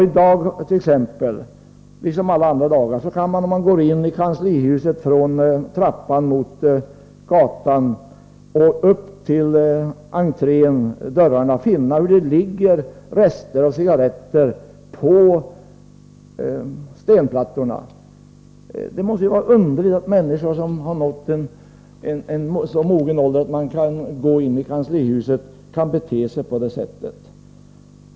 I dag t.ex., liksom alla andra dagar, kan man om man går in i kanslihuset från trappan mot gatan och upp till entrédörrarna finna hur det ligger rester av cigaretter på stenplattorna. Det är underligt att människor som har nått så mogen ålder att de har anledning att gå in i kanslihuset kan bete sig på det sättet.